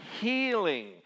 healing